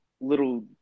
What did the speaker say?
little